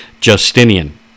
Justinian